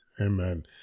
amen